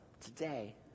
today